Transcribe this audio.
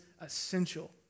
essential